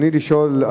רצוני לשאול,